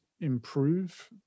improve